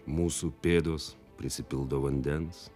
mūsų pėdos prisipildo vandens